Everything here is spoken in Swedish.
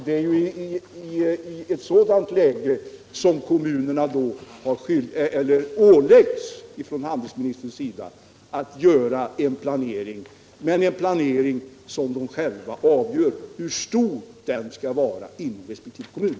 Det är i ett sådant läge som handelsministern vill att kommunerna skall göra en planering, men en planering där kommunerna själva avgör omfattningen av verksamheten.